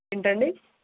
ఏంటండీ